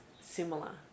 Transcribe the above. similar